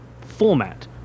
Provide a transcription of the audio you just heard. format